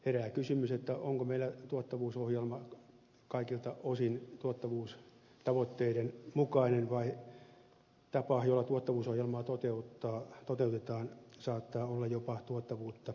herää kysymys onko meillä tuottavuusohjelma kaikilta osin tuottavuustavoitteiden mukainen vai onko tapa jolla tuottavuusohjelmaa toteutetaan jopa tuottavuutta jarruttava tekijä